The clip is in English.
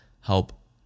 help